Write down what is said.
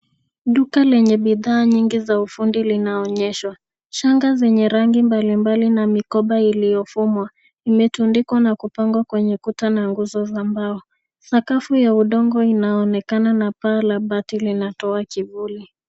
Duka lenye bidhaa nyingi za ufundi linaonyeshwa. Shanga zenye rangi mbali mbali na mikoba iliyofumwa, imetundikwa na kupangwa kwenye kuta na nguzo za mbao. Sakafu ya udongo inaonekana na paa la bati linatoa kivuli.